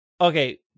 Okay